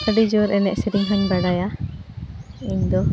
ᱟᱹᱰᱤ ᱡᱳᱨ ᱮᱱᱮᱡᱼᱥᱮᱨᱮᱧᱦᱚᱸᱧ ᱵᱟᱰᱟᱭᱟ ᱤᱧᱫᱚ